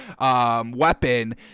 weapon